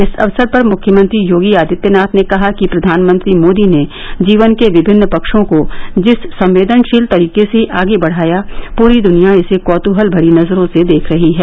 इस अवसर पर मुख्यमंत्री योगी आदित्यनाथ ने कहा कि प्रधानमंत्री मोदी ने जीवन के विभिन्न पक्षों को जिस संवेदनशील तरीके से आगे बढ़ाया पूरी दुनिया इसे कौतुहल भरी नजरों से देख रही है